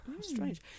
strange